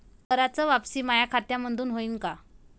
कराच वापसी माया खात्यामंधून होईन का?